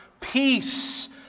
peace